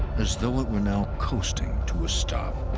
as though it were now coasting to a stop.